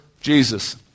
Jesus